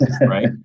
Right